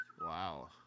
Wow